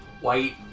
white